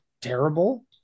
terrible